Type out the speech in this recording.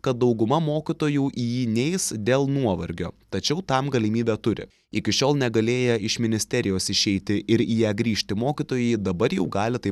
kad dauguma mokytojų į jį neis dėl nuovargio tačiau tam galimybę turi iki šiol negalėję iš ministerijos išeiti ir į ją grįžti mokytojai dabar jau gali taip